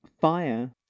fire